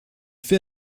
fait